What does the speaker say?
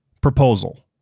Proposal